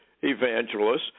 evangelists